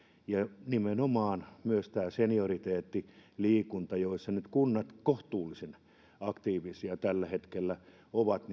ja nimenomaan myös tästä senioriteettiliikunnasta jossa nyt kunnat kohtuullisen aktiivisia tällä hetkellä ovat